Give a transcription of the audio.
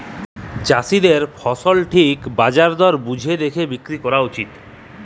চাষীদের ফসল ঠিক বাজার দর বুঝে দ্যাখে বিক্রি ক্যরা উচিত